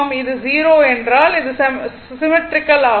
இது 0 என்றால் அது சிம்மெட்ரிக்கல் ஆகும்